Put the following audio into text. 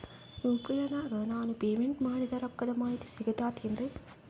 UPI ನಾಗ ನಾನು payment ಮಾಡಿದ ರೊಕ್ಕದ ಮಾಹಿತಿ ಸಿಕ್ತಾತೇನ್ರೀ?